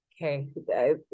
Okay